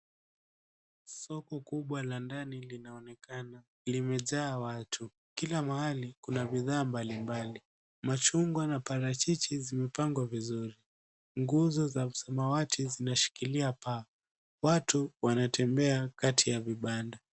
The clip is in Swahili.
Siko kubwa la ndani linaonekana limejaa watu, kila mahali kuna bidhaa mbali mbali, machungwa na parachichi zimepangwa vizuri. Nguzo za samawati zinashikilia paa watu wanatembea kati ya vibanda.